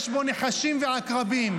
יש בו נחשים ועקרבים.